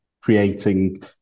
creating